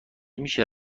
میشه